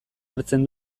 hartzen